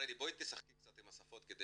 פריידי תשחקי קצת עם השפות כדי